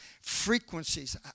frequencies